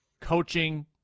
Coaching